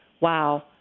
wow